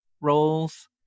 roles